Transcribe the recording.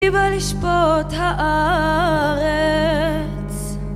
כי בא לשפוט הארץ